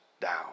down